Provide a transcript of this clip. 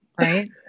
right